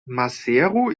maseru